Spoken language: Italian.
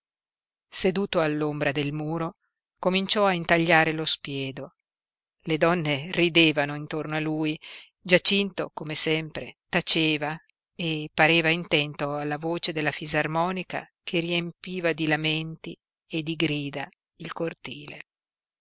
seduto all'ombra del muro cominciò a intagliare lo spiedo le donne ridevano intorno a lui giacinto come sempre taceva e pareva intento alla voce della fisarmonica che riempiva di lamenti e di grida il cortile